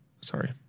Sorry